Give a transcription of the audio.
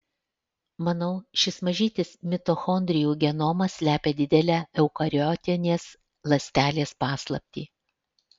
manau šis mažytis mitochondrijų genomas slepia didelę eukariotinės ląstelės paslaptį